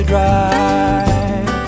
Drive